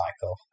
cycle